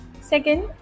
Second